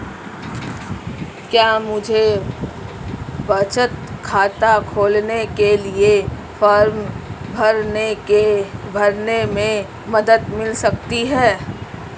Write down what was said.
क्या मुझे बचत खाता खोलने के लिए फॉर्म भरने में मदद मिल सकती है?